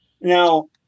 Now